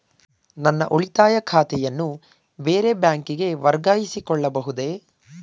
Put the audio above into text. ನನ್ನ ಉಳಿತಾಯ ಖಾತೆಯನ್ನು ಬೇರೆ ಬ್ಯಾಂಕಿಗೆ ವರ್ಗಾಯಿಸಿಕೊಳ್ಳಬಹುದೇ?